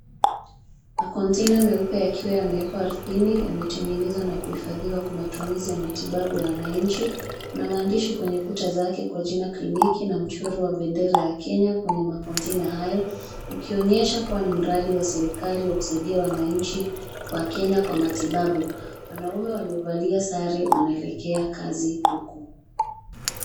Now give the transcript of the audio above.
Makonteina meupe yakiwa yamewekwa ardhini yametengenezwa na kuhifadhiwa kwa matumizi ya matibabu ya wananchi. Kuna maandishi kwenye kuta zake kwa jina kliniki na mchoro wa bendera ya Kenya kwenye makonteina hayo ukionyesha kuwa ni mradi wa serikali wakusaidia wananchi wa Kenya kwa matibabu. Wanaume waliovalia sare wanaelekea kazi huko.